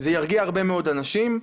זה ירגיע הרבה מאוד אנשים.